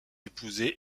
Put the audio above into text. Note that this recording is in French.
épousé